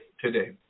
today